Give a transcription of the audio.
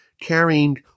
carrying